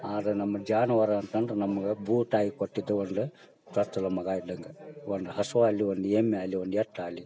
ಆದ್ರೆ ನಮ್ಮ ಜಾನ್ವಾರು ಅಂತಂದ್ರೆ ನಮ್ಗೆ ಭೂತಾಯಿ ಕೊಟ್ಟಿದ್ದು ಒಂದು ಚೊಚ್ಚಲ ಮಗ ಇದ್ದಂಗೆ ಒಂದು ಹಸು ಆಗ್ಲಿ ಒಂದು ಎಮ್ಮೆ ಆಗ್ಲಿ ಒಂದು ಎತ್ತು ಆಗ್ಲಿ